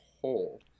whole